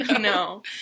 No